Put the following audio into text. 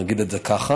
נגיד את זה ככה.